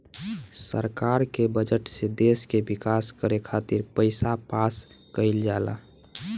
सरकार के बजट से देश के विकास करे खातिर पईसा पास कईल जाला